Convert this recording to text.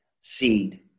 seed